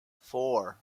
four